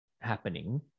happening